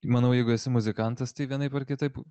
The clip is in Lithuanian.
manau jeigu esi muzikantas tai vienaip ar kitaip